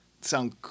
sound